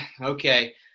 okay